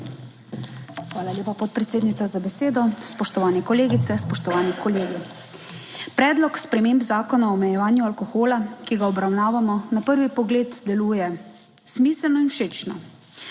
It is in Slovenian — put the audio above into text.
Hvala lepa, podpredsednica, za besedo. Spoštovane kolegice, spoštovani kolegi! Predlog sprememb Zakona o omejevanju alkohola, ki ga obravnavamo, na prvi pogled deluje smiselno in všečno.